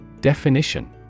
Definition